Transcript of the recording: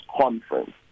conference